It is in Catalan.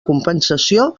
compensació